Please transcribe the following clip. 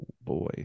boy